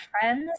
friends